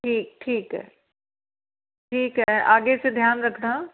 ठीक ठीक है ठीक है आगे से ध्यान रखना